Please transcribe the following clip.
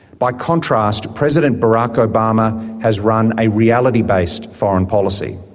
by contrast, president barack obama has run a reality-based foreign policy.